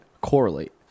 correlate